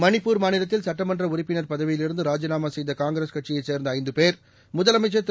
மணிப்பூர் மாநிலத்தில் சட்டமன்ற உறுப்பினர் பதவியிலிருந்து ராஜினாமா செய்த காங்கிரஸ் கட்சியைச் சேர்ந்த ஐந்து பேர் முதலமைச்சர் திரு